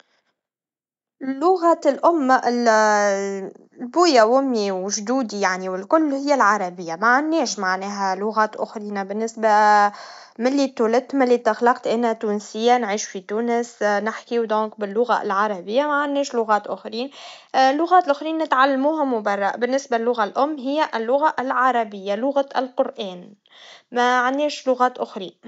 والدي يتكلموا العربية والتونسية، وأجدادي كانوا يتكلموا باللهجة المحلية. اللغة تعكس ثقافتهم وتاريخهم. في العائلة، نحاول نحتفظ بالتراث اللغوي، وهذا يعطينا إحساس بالانتماء ويخلينا نفخر بأصولنا.